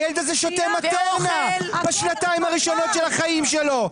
הילד הזה שותה מטרנה בשנתיים הראשונות של החיים שלו.